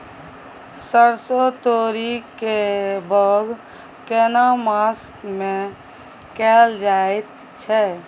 सरसो, तोरी के बौग केना मास में कैल जायत छै?